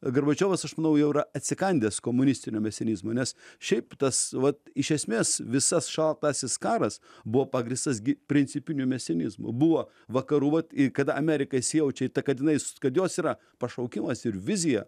gorbačiovas aš manau jau yra atsikandęs komunistinio mesionizmo nes šiaip tas vat iš esmės visas šaltasis karas buvo pagrįstas gi principiniu mesionizmu buvo vakarų vat kada amerika įsijaučia į tą kad jinai s kad jos yra pašaukimas ir vizija